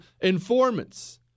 informants